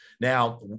Now